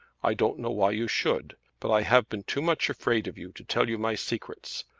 i don't know why you should. but i have been too much afraid of you to tell you my secrets.